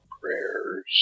prayers